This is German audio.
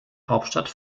hauptstadt